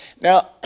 Now